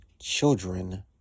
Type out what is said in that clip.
children